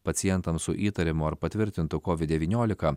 pacientams su įtariamu ar patvirtintu covid devyniolika